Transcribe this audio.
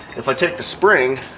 if i take the spring,